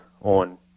on